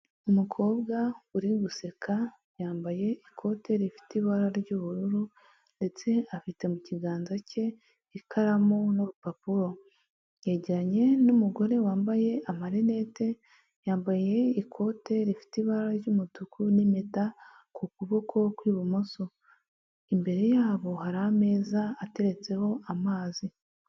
Umukobwa uri guseka yambaye ikote rifite ibara ry'ubururu ndetse afite mu kiganza cye ikaramu n'urupapuro, yegeranye n'umugore wambaye amarinete yambaye ikote rifite ibara ry'umutuku n'impeta ku kuboko kw'ibumoso, imbere yabo hari ameza ateretseho amazi.